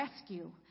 rescue